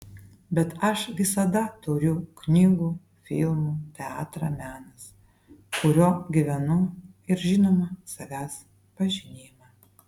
bet aš visada turiu knygų filmų teatrą menas kuriuo gyvenu ir žinoma savęs pažinimą